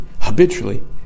habitually